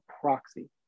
proxy